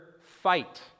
fight